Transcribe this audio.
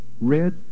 red